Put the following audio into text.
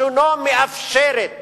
לשונו מאפשרת